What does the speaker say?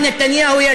התשובה הייתה,